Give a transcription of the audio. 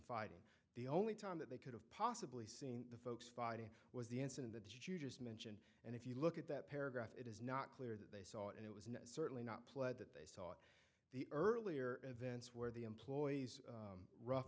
fighting the only time that they could have possibly seen the folks fighting was the incident that you just mentioned and if you look at that paragraph it is not clear that they saw it and it was no certainly not pled that they saw the earlier events where the employees rough